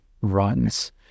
runs